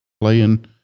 playing